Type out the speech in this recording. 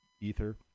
ether